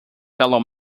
fellow